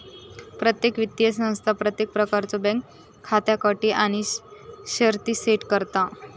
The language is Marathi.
प्रत्येक वित्तीय संस्था प्रत्येक प्रकारच्यो बँक खात्याक अटी आणि शर्ती सेट करता